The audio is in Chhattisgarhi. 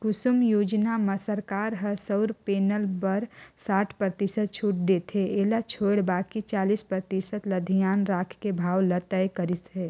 कुसुम योजना म सरकार ह सउर पेनल बर साठ परतिसत छूट देथे एला छोयड़ बाकि चालीस परतिसत ल धियान राखके भाव ल तय करिस हे